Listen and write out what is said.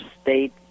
State